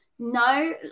no